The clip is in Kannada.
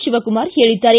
ಶಿವಕುಮಾರ್ ಹೇಳಿದ್ದಾರೆ